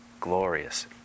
glorious